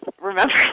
remember